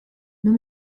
nur